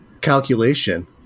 calculation